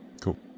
cool